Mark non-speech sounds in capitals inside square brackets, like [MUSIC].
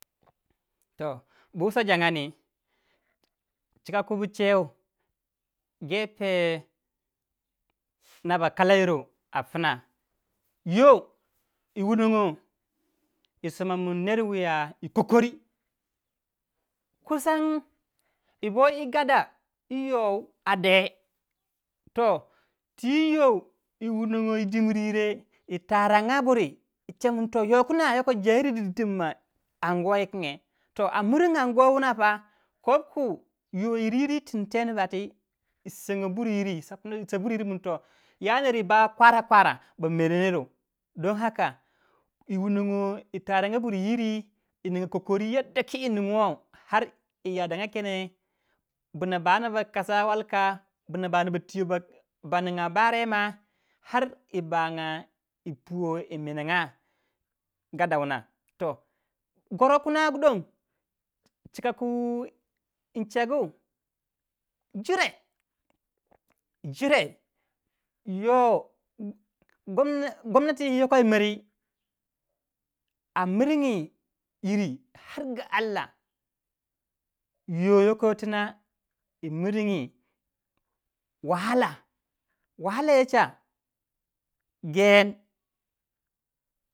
[NOISE] Bu wusa jangandi. chika ku buche [UNINTELLIGIBLE] noh ba kalairo a pna yoh yi wunongo yi soma min ner wuya yi [UNINTELLIGIBLE] yi boi [UNINTELLIGIBLE] yi youw a dae twi youw yi wunongo yi dimbiyr yie yi nyecha buri yi chemin youw kuna jairi tema [UNINTELLIGIBLE] yiwin ge amiringi kop ku yo yir yiri yi tintens di bati yi sengo buriyir yi sapma mun ya ner wu ba wai kwara kwara ba meneyiro [UNINTELLIGIBLE] yi wunongoa yi taranga buriyiri yi ninga [UNINTELLIGIBLE] ningu wow yi necha kene buna ba anda ba kosa walka buna ba ninga barema [UNINTELLIGIBLE] bar yi banga yi puwo yi menenga [UNINTELLIGIBLE] goro kuna dong chika ku in chegu jireb yoh harga allah a miningi yiri yoh yoko yirina yi miringi wahala chusongu.